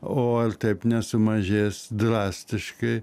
o ar taip nesumažės drastiškai